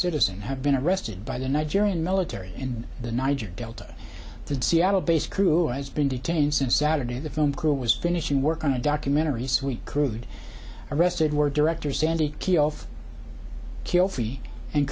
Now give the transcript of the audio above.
citizen have been arrested by the nigerian military in the niger delta the seattle based crew as been detained since saturday the film crew was finishing work on a documentary sweet crude arrested were director sandy of kill three and